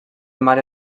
mare